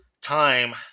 time